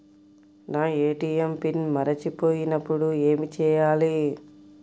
నా ATM PIN మరచిపోయినప్పుడు ఏమి చేయాలి?